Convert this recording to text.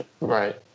Right